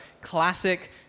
classic